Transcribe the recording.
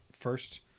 First